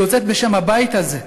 היא יוצאת בשם הבית הזה.